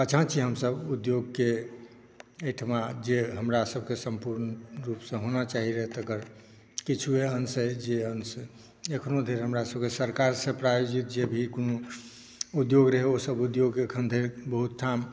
पाछाँ छी हमसभ उद्योगके एहिठमा जे हमरासभके सम्पूर्ण रूपसे होना चाही रहय तकर किछुए अंश अछि जे अंश अखनो धरि हमरासभके सरकारसे प्रायोजित जे भी कोनो उद्योग रहय ओसभ उद्योग अखन धरि बहुत ठाम